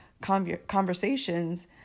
conversations